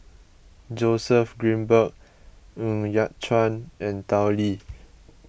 Joseph Grimberg Ng Yat Chuan and Tao Li